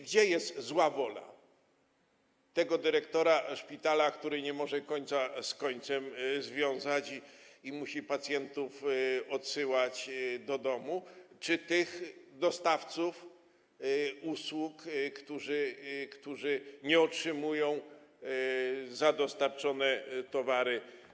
Gdzie jest zła wola tego dyrektora szpitala, który nie może końca z końcem związać i musi pacjentów odsyłać do domu, czy tych dostawców usług, którzy nie otrzymują należności za dostarczone towary?